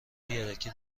یدکی